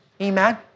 Amen